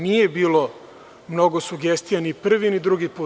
Nije bilo mnogo sugestija ni prvi ni drugi put.